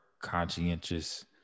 conscientious